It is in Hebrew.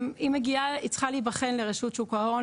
היא צריכה להבחן לרשות שוק ההון,